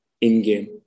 in-game